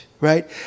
right